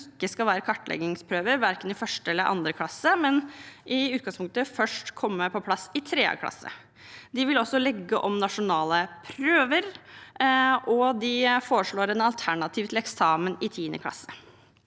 det ikke skal være kartleggingsprøver i verken 1. eller 2. klasse – de skal i utgangspunktet først komme på plass i 3. klasse. De vil også legge om nasjonale prøver, og de foreslår et alternativ til eksamen i 10. klasse.